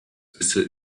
bisher